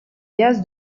gaz